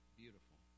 beautiful